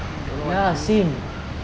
don't know what to